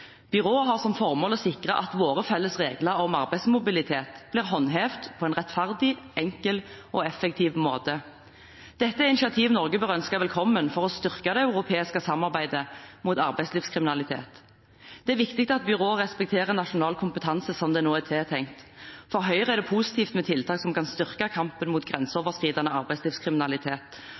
Byrået har som formål å sikre at våre felles regler om arbeidsmobilitet blir håndhevet på en rettferdig, enkel og effektiv måte. Dette er initiativ Norge bør ønske velkommen for å styrke det europeiske samarbeidet mot arbeidslivskriminalitet. Det er viktig at byrået respekterer nasjonal kompetanse slik det nå er tiltenkt. For Høyre er det positivt med tiltak som kan styrke kampen mot grenseoverskridende arbeidslivskriminalitet,